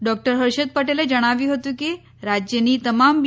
doctor Harshad પટેલે જણાવ્યું હતુ કે રાજ્યની તમામ બી